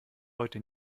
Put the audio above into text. heute